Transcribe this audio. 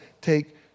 take